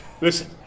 Listen